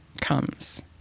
comes